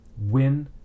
win